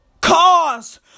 Cars